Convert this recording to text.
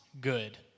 good